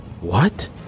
What